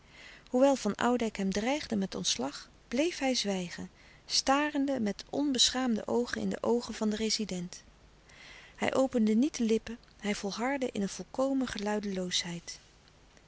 hoewel van oudijck hem dreigde met ontslag bleef hij zwijgen starende met onbeschaamde oogen in de oogen van den rezident hij opende niet de lippen hij volhardde in een volkomen